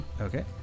Okay